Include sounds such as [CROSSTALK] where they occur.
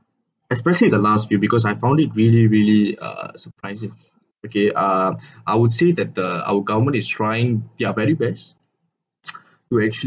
especially the last few because I found it really really uh surprising okay ah I would say that the our government is trying their very best [NOISE] who actual